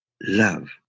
love